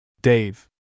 Dave